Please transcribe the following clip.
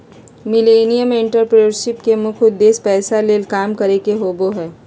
millennial entrepreneurship के मुख्य उद्देश्य पैसा ले काम करे के होबो हय